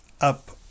up